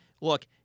look